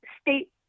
state